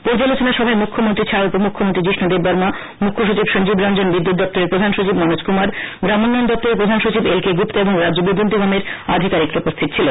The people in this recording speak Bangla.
পর্যালোচনা সভায় মুখ্যমন্ত্রী ছাড়াও উপমুখ্যমন্ত্রী যিস্কু দেববর্মা মুখ্যসচিব সঞ্জীব রঞ্জন বিদ্যুৎ দপ্তরের প্রধান সচিব মনোজ কুমার গ্রামোন্নয়ন দপ্তরের প্রধান সচিব এল কে গুপ্তা এবং রাজ্য বিদ্যুৎ নিগমের আধিকারিকগণ উপস্থিত ছিলেন